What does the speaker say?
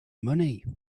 money